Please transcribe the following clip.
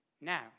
Now